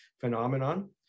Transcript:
phenomenon